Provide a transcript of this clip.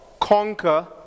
conquer